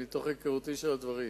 מתוך היכרותי עם הדברים.